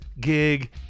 gig